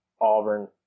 Auburn